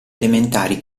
elementari